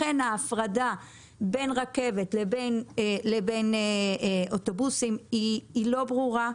לכן ההפרדה בין רכבת לבין אוטובוסים היא לא ברורה.